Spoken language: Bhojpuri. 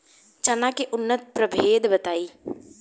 चना के उन्नत प्रभेद बताई?